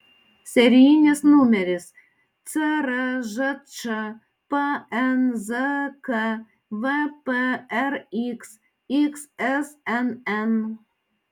serijinis numeris cržč pnzk vprx xsnn